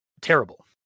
terrible